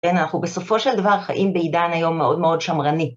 כן, אנחנו בסופו של דבר חיים בעידן היום מאוד מאוד שמרני.